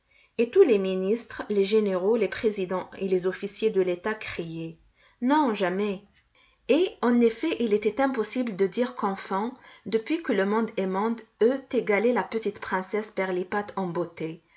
et tous les ministres les généraux les présidents et les officiers de l'état criaient non jamais et en effet il était impossible de dire qu'enfant depuis que le monde est monde eût égalé la petite princesse pirlipat en beauté